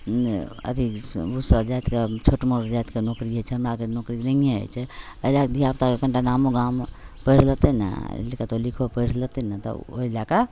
अथी ओसब जातिके छोट मोट जातिके नोकरी होइ छै हमरा आओरके नोकरी नहिए होइ छै एहि लैके धिआपुताके कनिटा नामो गाम पढ़ि लेतै ने कतहु लिखिओ पढ़ि लेतै ने तऽ ओहि लैके